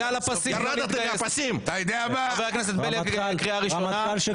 חבר הכנסת בליאק, קריאה ראשונה.